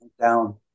down